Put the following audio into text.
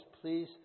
please